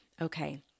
Okay